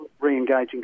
re-engaging